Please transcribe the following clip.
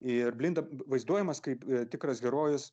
ir blinda vaizduojamas kaip tikras herojus